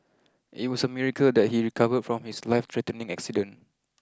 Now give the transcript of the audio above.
it was a miracle that he recovered from his life threatening accident